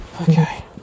Okay